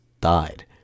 died